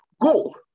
Go